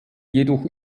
jedoch